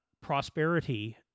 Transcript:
prosperity